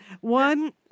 One